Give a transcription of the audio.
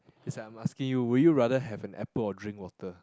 is like I'm asking you would you rather have an apple or drink water